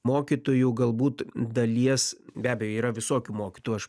mokytojų galbūt dalies be abejo yra visokių mokytojų aš